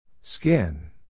Skin